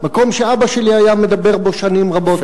מקום שאבא שלי היה מדבר בו שנים רבות.